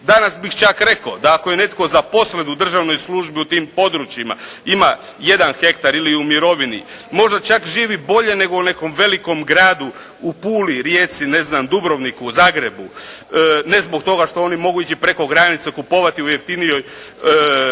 Danas bih čak rekao da ako je netko zaposlen u državnoj službi u tim područjima ima jedan hektar ili je u mirovini možda čak živi bolje nego u nekom velikom gradu, u Puli, Rijeci, Dubrovniku, Zagrebu. Ne zbog toga što oni mogu ići preko granice, kupovati u jeftinijoj